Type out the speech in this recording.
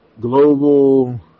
Global